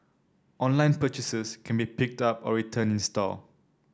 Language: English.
online purchases can be picked up or returned in store